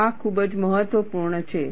આ ખૂબ જ મહત્વપૂર્ણ છે